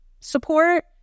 support